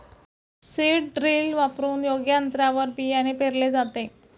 seed drill वापरून योग्य अंतरावर बियाणे पेरले जाते